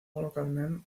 localment